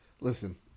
listen